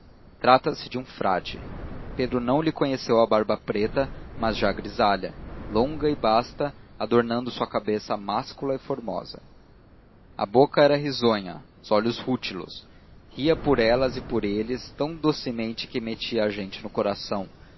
trata-se de um frade pedro não lhe conheceu a barba preta mas já grisalha longa e basta adornando uma cabeça máscula e formosa a boca era risonha os olhos rútilos ria por ela e por eles tão docemente que metia a gente no coração